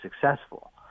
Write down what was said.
successful